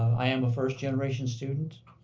i am a first-generation student.